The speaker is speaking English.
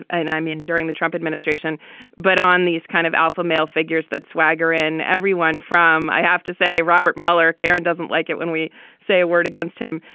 and i mean during the trump administration but on these kind of alpha male figures that swagger in everyone from i have to say robert mueller. karen doesn't like it when we say a word against him.